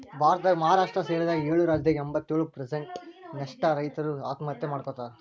ಭಾರತದಾಗ ಮಹಾರಾಷ್ಟ್ರ ಸೇರಿದಂಗ ಏಳು ರಾಜ್ಯದಾಗ ಎಂಬತ್ತಯೊಳು ಪ್ರಸೆಂಟ್ ನಷ್ಟ ರೈತರು ಆತ್ಮಹತ್ಯೆ ಮಾಡ್ಕೋತಾರ